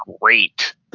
great